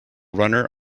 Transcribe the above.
runner